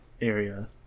area